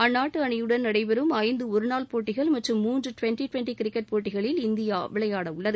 அந்நாட்டு அணியுடன் நடைபெறும் ஐந்து ஒருநாள் போட்டிகள் மற்றும் மூன்று டுவெண்டி டுவெண்டி கிரிக்கெட் போட்டிகளில் இந்தியா விளையாடவுள்ளது